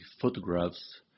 photographs